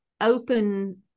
open